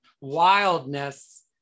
wildness